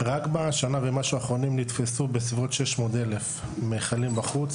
רק בשנה ומשהו האחרונה נתפסו בסביבות 600,000 מכלים בחוץ.